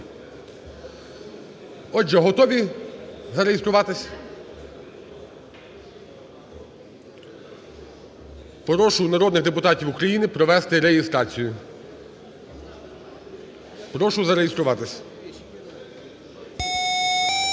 Отже, готові зареєструватись? Прошу народних депутатів України провести реєстрацію. Прошу зареєструватись.